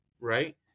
right